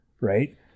right